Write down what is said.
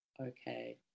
okay